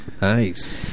Nice